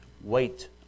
Wait